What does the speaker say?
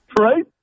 right